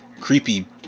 creepy